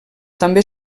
també